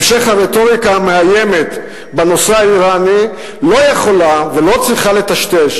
המשך הרטוריקה המאיימת בנושא האירני לא יכולה ולא צריכה לטשטש